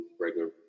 regular